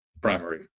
primary